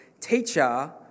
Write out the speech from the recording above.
Teacher